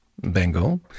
Bengal